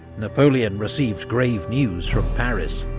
napoleon received grave news from paris